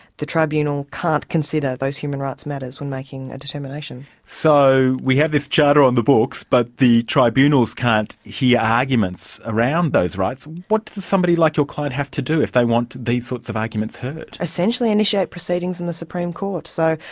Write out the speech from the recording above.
the tribunal can't consider those human rights matters when making a determination. so, we have this charter on the books, but the tribunals can't hear arguments around those rights. what does somebody like your client have to do if they want these sorts of arguments heard? essentially initiate proceedings in the supreme court. so,